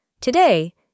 Today